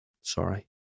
Sorry